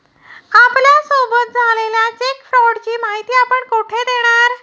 आपल्यासोबत झालेल्या चेक फ्रॉडची माहिती आपण कुठे देणार?